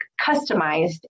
customized